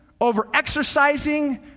overexercising